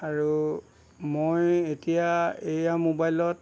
আৰু মই এতিয়া এয়া মোবাইলত